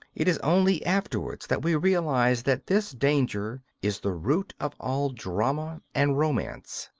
it is only afterwards that we realise that this danger is the root of all drama and romance.